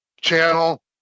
channel